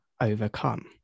overcome